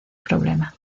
problema